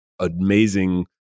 amazing